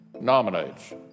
nominates